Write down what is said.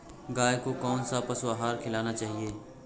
गाय को कौन सा पशु आहार खिलाना चाहिए?